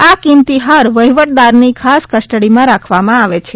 આ કિંમતી હાર વહીવટદારની ખાસ કસ્ટડીમાં રાખવામાં આવે છે